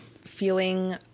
feeling